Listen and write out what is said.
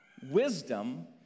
Wisdom